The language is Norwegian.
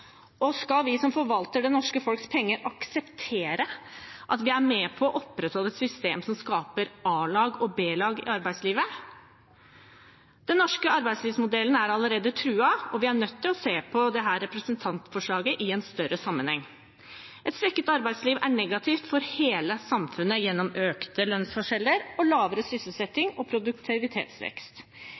dumping. Skal vi som forvalter det norske folks penger, akseptere at vi er med på å opprettholde et system som skaper a-lag og b-lag i arbeidslivet? Den norske arbeidslivsmodellen er allerede truet, og vi er nødt til å se på dette representantforslaget i en større sammenheng. Et svekket arbeidsliv er negativt for hele samfunnet gjennom økte lønnsforskjeller og lavere sysselsetting og produktivitetsvekst.